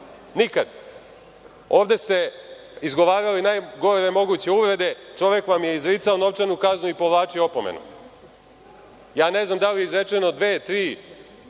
Nikad. Ovde ste izgovarali najgore moguće uvrede, čovek vam je izricao novčanu kaznu i povlačio opomenu. Ja ne znam da li je izrečeno dve, tri,